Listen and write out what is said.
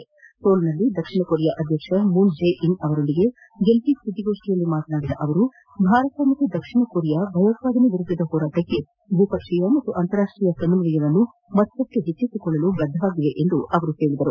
ಅವರು ಸೋಲ್ನಲ್ಲಿ ದಕ್ಷಿಣ ಕೊರಿಯಾ ಅಧ್ಯಕ್ಷ ಮೂನ್ ಜೆ ಇನ್ ಅವರೊಂದಿಗೆ ಜಂಟಿ ಸುದ್ದಿಗೋಷ್ಠಿಯಲ್ಲಿ ಮಾತನಾಡಿ ಭಾರತ ಮತ್ತು ದಕ್ಷಿಣ ಕೊರಿಯಾ ಭಯೋತ್ಪಾದನೆ ವಿರುದ್ಧದ ಹೋರಾಟಕ್ಕೆ ದ್ವಿಪಕ್ಷೀಯ ಹಾಗೂ ಅಂತಾರಾಷ್ಟೀಯ ಸಮನ್ವಯವನ್ನು ಮತ್ತಷ್ಟು ವೃದ್ಧಿಸಲು ಬದ್ಧವಾಗಿವೆ ಎಂದು ಹೇಳಿದರು